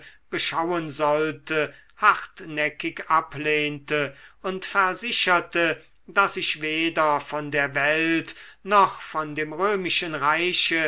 beschauen sollte hartnäckig ablehnte und versicherte daß ich weder von der welt noch von dem römischen reiche